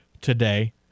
today